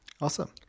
Awesome